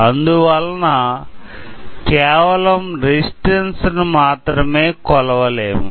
అందువలన కేవలం రెసిస్టెన్స్ ను మాత్రమే కొలవలేము